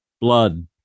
blood